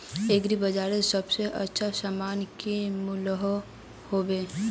Agri बजारोत सबसे अच्छा सामान की मिलोहो होबे?